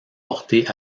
portées